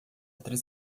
três